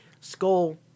Skull